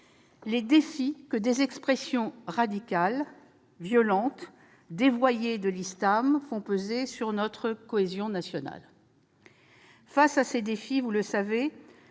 les défis que des expressions radicales, violentes, dévoyées de l'islam font peser sur notre cohésion nationale. Face à ces défis, le Président